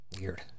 Weird